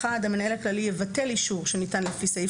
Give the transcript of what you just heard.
"א3 (1) המנהל הכללי יבטל אישור שניתן לפי סעיף